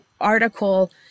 article